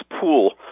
pool